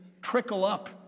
trickle-up